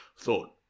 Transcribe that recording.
thought